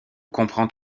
comprend